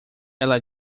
ela